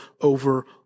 over